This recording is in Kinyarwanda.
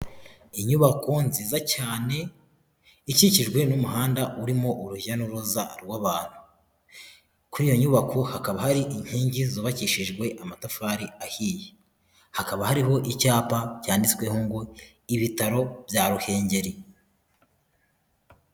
Inyubako nziza cyane, ikikijwe n'umuhanda urimo urujya n'uruza rw'abantu. Kuri iyo nyubako, hakaba hari inkingi zubakishijwe amatafari ahiye. Hakaba hariho icyapa cyanditsweho ngo ibitaro bya Ruhengeri.